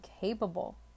capable